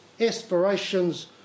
aspirations